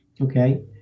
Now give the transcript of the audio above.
Okay